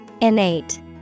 Innate